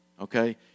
okay